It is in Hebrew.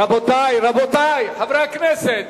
רבותי חברי הכנסת,